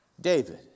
David